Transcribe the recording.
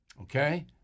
Okay